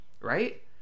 Right